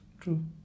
True